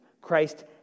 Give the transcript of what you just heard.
Christ